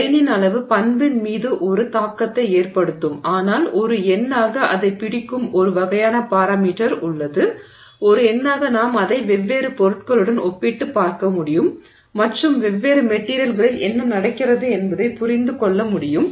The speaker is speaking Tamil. கிரெய்னின் அளவு பண்பின் மீது ஒரு தாக்கத்தை ஏற்படுத்தும் ஆனால் ஒரு எண்ணாக அதைப் பிடிக்கும் ஒரு வகையான பாராமீட்டர் உள்ளது ஒரு எண்ணாக நாம் அதை வெவ்வேறு பொருட்களுடன் ஒப்பிட்டுப் பார்க்க முடியும் மற்றும் வெவ்வேறு மெட்டிரியல்களில் என்ன நடக்கிறது என்பதைப் புரிந்துகொள்ள முடியும்